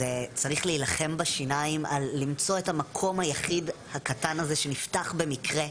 צריך להילחם בשיניים כדי למצוא את המקום היחיד הקטן הזה שנפתח במקרה.